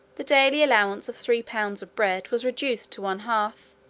the daily allowance of three pounds of bread was reduced to one half,